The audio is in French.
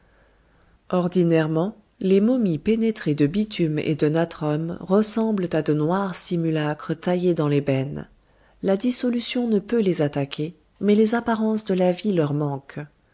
ordinairement les momies pénétrées de bitume et de natrum ressemblent à de noirs simulacres taillés dans l'ébène la dissolution ne peut les attaquer mais les apparences de la vie leur manquent